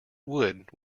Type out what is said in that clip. wood